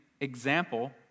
example